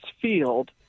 Field